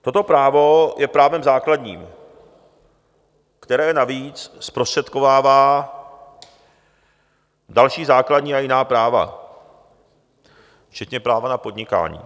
Toto právo je právem základním, které navíc zprostředkovává další základní a jiná práva včetně práva na podnikání.